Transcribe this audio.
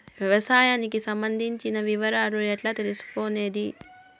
వ్యవసాయానికి సంబంధించిన వివరాలు ఎట్లా తెలుసుకొనేది?